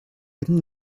eben